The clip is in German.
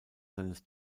seines